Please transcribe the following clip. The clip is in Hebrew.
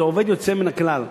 זה עובד יוצא מן הכלל.